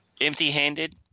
Empty-handed